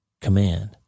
command